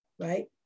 right